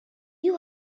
you